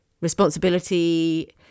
responsibility